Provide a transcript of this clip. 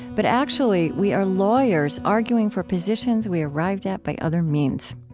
but actually we are lawyers arguing for positions we arrived at by other means.